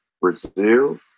Brazil